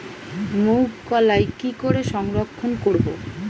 মুঘ কলাই কি করে সংরক্ষণ করব?